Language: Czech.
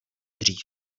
dřív